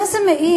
על מה זה מעיד?